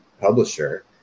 publisher